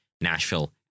Nashville